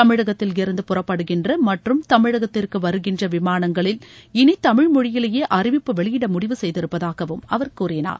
தமிழகத்தில் இருந்து புறப்படுகின்ற மற்றும் தமிழகத்திற்கு வருகின்ற விமானங்களில் இனி தமிழ் மொழியிலேயே அறிவிப்பு வெளியிட முடிவு செய்திருப்பதாகவும் அவர் கூறினார்